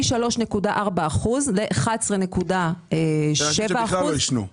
מ-3.4 אחוזים ל-11.7 אחוזים.